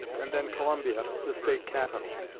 and then columbia, the state capital.